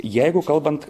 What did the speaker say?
jeigu kalbant